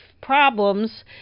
problems